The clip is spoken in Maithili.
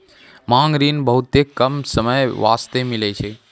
मांग ऋण बहुते कम समय बास्ते मिलै छै